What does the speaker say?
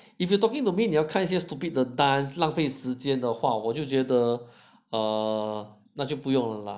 if you are talking to me 你要看一些 stupid the dance 浪费时间的话我就觉得 err 那就不用 lah